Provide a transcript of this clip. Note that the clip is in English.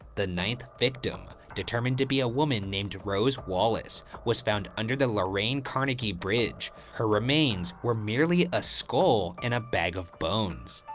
the ninth victim, determined to be a woman name rose wallace, was found under the lorain-carnegie bridge. her remains were merely a skull and bag of bones.